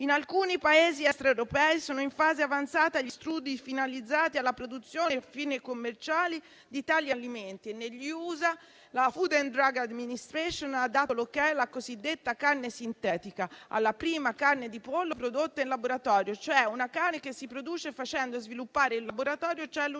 «In alcuni Paesi extraeuropei sono in fase avanzata gli studi finalizzati alla produzione a fini commerciali di tali alimenti. Negli Usa, la Food and drug administration ha dato l'ok alla cosiddetta carne sintetica, alla prima carne di pollo prodotta in laboratorio, cioè una carne che si produce facendo sviluppare in laboratorio cellule